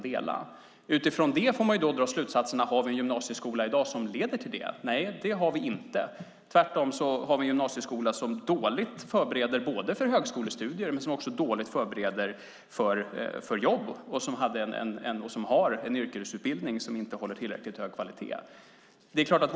Utifrån det får man då dra slutsatserna. Har vi i dag en gymnasieskola som leder till det här? Nej, det har vi inte. Tvärtom har vi en gymnasieskola som dåligt förbereder för både högskolestudier och jobb. Och det är en yrkesutbildning som inte håller tillräckligt hög kvalitet.